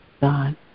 God